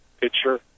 Picture